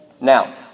Now